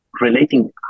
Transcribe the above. relating